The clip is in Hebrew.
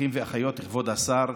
אחים ואחיות, כבוד השר,